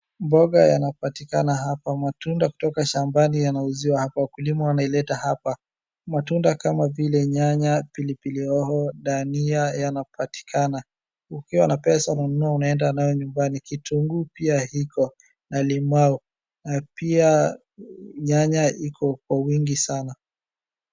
Mboga yanapatikana hapa matunda kutoka shambani yanauziw hapa wakulima wanaileta hapa matunda kama vile nyanya, pilipili hoho ,dhania yanapatikana hukuwiwa na pesa unanua unaenda nayo nyumbani kitu pia iko na limau pia nyanya iko kwa wingi sana.